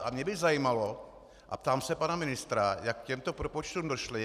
A mě by zajímalo a ptám se pana ministra, jak k těmto propočtům došli.